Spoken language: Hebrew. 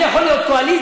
אני יכול להיות קואליציה,